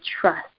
trust